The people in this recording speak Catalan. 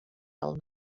del